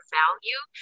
value